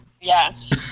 Yes